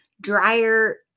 drier